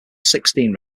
sixteen